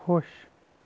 خۄش